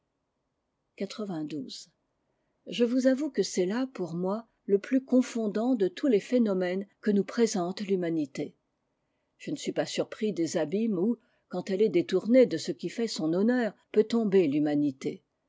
je vous avoue que c'est là pour moi le plus confondant de tous les phénomènes que nous présente l'humanité je ne suis pas surpris des abîmes où quand elle est détournée de ce qui fait son honneur peut tomber l'humanité